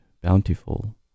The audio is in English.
bountiful